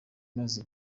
maze